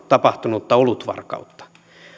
tapahtunutta olutvarkautta